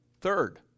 Third